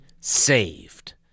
saved